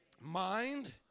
mind